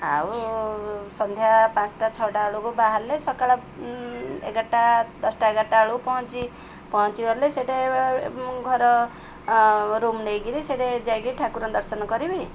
ଆଉ ସନ୍ଧ୍ୟା ପାଞ୍ଚଟା ଛଅଟା ବେଳକୁ ବାହାରିଲେ ସକାଳ ଏଗାରଟା ଦଶଟା ଏଗାରଟା ବେଳକୁ ପହଞ୍ଚି ପହଞ୍ଚିଗଲେ ସେଠା ମୁଁ ଘର ରୁମ୍ ନେଇ କରି ସେଠି ଯାଇ କରି ଠାକୁର ଦର୍ଶନ କରିବି